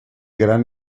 gran